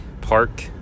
park